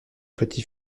petit